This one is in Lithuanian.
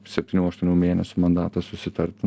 septynių aštuonių mėnesių mandatas susitarti